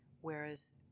whereas